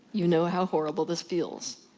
you know how horrible this feels.